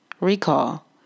recall